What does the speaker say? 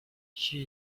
she